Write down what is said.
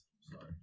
sorry